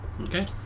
Okay